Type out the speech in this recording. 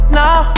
now